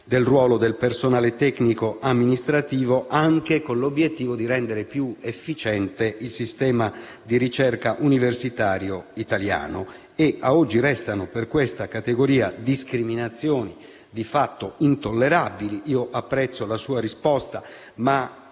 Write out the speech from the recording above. del ruolo del personale tecnico-amministrativo, anche con l'obiettivo di rendere più efficiente il sistema di ricerca universitario italiano. A oggi restano per questa categoria discriminazioni di fatto intollerabili. Apprezzo la sua risposta, ma